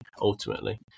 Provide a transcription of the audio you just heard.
ultimately